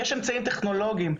יש אמצעים טכנולוגיים,